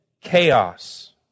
chaos